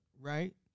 Right